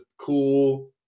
cool